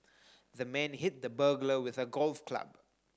the man hit the burglar with a golf club